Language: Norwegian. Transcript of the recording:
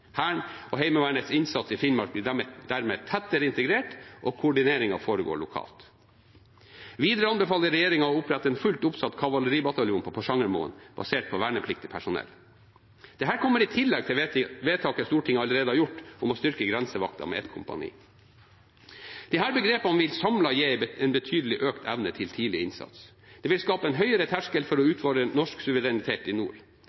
blir dermed tettere integrert, og koordineringen foregår lokalt. Videre anbefaler regjeringen å opprette en fullt oppsatt kavaleribataljon på Porsangmoen, basert på vernepliktig personell. Dette kommer i tillegg til vedtaket Stortinget allerede har gjort om å styrke grensevakten med ett kompani. Disse grepene vil samlet gi en betydelig økt evne til tidlig innsats. Det vil skape en høyere terskel for å utfordre norsk suverenitet i nord.